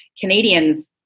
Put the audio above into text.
Canadians